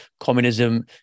communism